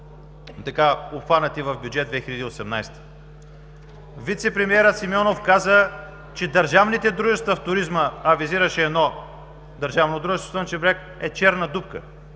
бъдат обхванати в Бюджет 2018? Вицепремиерът Симеонов каза, че държавните дружества в туризма, а визираше едно държавно дружество в „Слънчев бряг“, е черна дупка.